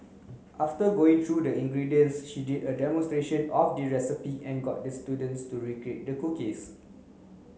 after going through the ingredients she did a demonstration of the recipe and got the students to recreate the cookies